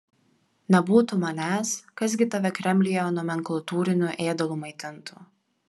nebūtų manęs kas gi tave kremliuje nomenklatūriniu ėdalu maitintų